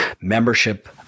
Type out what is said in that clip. membership